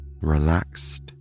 relaxed